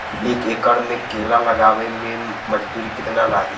एक एकड़ में केला लगावे में मजदूरी कितना लागी?